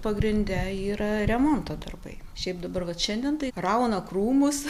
pagrinde yra remonto darbai šiaip dabar vat šiandien tai rauna krūmus